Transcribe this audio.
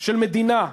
של המדינה,